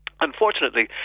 unfortunately